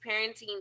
parenting